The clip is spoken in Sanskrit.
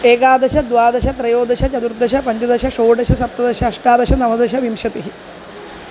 एकादश द्वादश त्रयोदश चतुर्दश पञ्चदश षोडश सप्तदश अष्टादश नवदश विंशतिः